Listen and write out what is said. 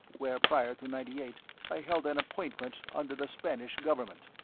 where prior to ninety eight i held an appointment under the spanish government.